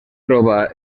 troba